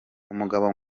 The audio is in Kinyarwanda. umugabo